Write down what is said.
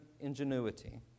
ingenuity